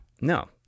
No